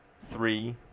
three